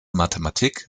mathematik